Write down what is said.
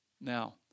Now